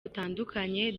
butandukanye